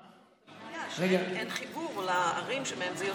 הבעיה היא שאין חיבור לערים שמהם זה יוצא.